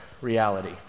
reality